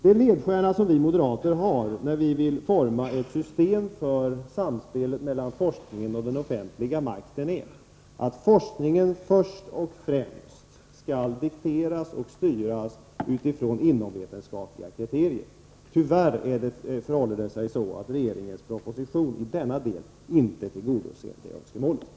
Den ledstjärna som vi moderater har när vi vill forma ett system för samspelet mellan forskningen och den offentliga makten, är att forskningen först och främst skall dikteras och styras från vetenskapliga utgångspunkter. Tyvärr tillgodoser inte regeringens proposition det önskemålet.